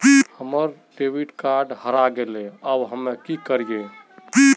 हमर debit card हरा गेले अब हम की करिये?